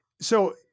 so-